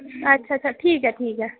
अच्छा अच्छा ठीक ऐ ठीक ऐ